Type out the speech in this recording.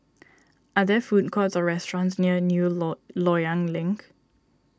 are there food courts or restaurants near New Loyang Link